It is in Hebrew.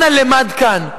אנא למד כאן.